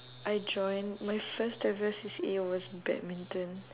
I joined my first ever C_C_A was badminton